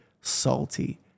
salty